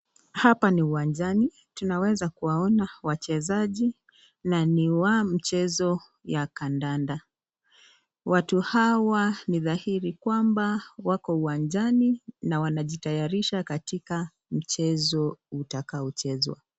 Hapa ni uwanjani. Tunaweza kuwaona wachezaji na ni wa mchezo ya kandanda. Watu hawa ni dhahiri kwamba wako uwanjani na wanajitayarisha katika mchezo utakaochezwa.